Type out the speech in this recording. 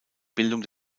bildung